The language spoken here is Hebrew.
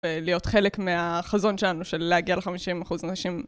ולהיות חלק מהחזון שלנו של להגיע ל-50% נשים.